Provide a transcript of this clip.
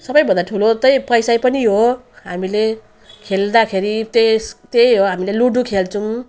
सबैभन्दा ठुलो चाहिँ पैसै पनि हो हामीले खेल्दाखेरि त्यस त्यही हो हामीले लुडो खेल्छौँ